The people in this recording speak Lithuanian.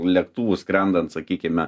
lėktuvui skrendant sakykime